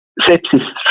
sepsis